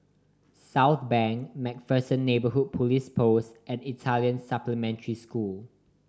Southbank Macpherson Neighbourhood Police Post and Italian Supplementary School